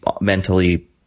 mentally